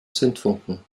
zündfunken